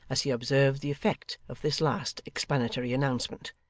as he observed the effect of this last explanatory announcement,